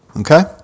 okay